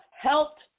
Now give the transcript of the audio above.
helped